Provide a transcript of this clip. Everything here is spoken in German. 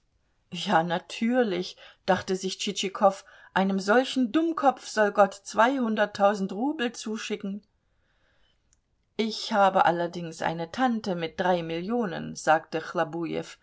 ja natürlich dachte sich tschitschikow einem solchen dummkopf soll gott zweihunderttausend rubel zuschicken ich habe allerdings eine tante mit drei millionen sagte